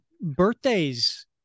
Birthdays